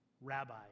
Rabbi